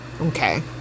okay